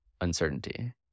uncertainty